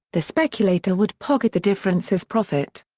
the speculator would pocket the difference as profit.